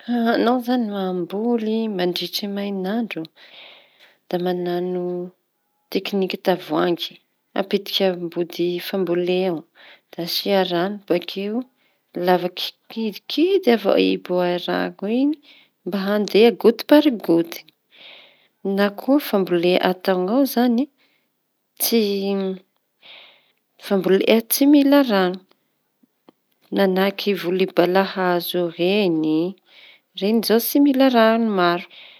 Añao izañy mamboly mandritry mainandro da mañano tekniky tavohangy apitiky ambodi fambole eo da asia rano bakeo lavaky kidkidy avao hiboa rano iñy mba andeha goty pary goty na koa fambole ataonao izañy tsy fambolea tsy mila rano manahaky voli balahazo ireñy ireñy zao tsy mila rano maro.